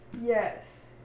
Yes